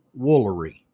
Woolery